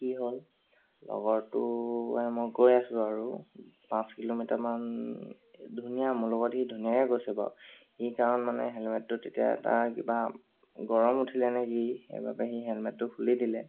কি হ'ল লগৰটোৱে মই গৈ আছোঁ আৰু পাঁচ কিলোমিটাৰমান ধুনীয়া মোৰ লগত সি ধুনীয়াকে গৈছে বাও সি কাৰণ মানে হেলমেটটো তেতিয়া তাৰ কিবা গৰম উঠিলে নেকি সেইবাবে সি হেলমেটটো খুলি দিলে